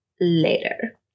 later